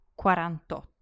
quarantotto